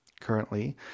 currently